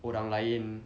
orang lain